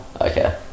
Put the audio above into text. okay